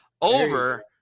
over